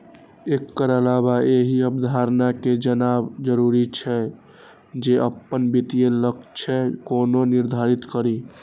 एकर अलावे एहि अवधारणा कें जानब जरूरी छै, जे अपन वित्तीय लक्ष्य कोना निर्धारित करी